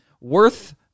worth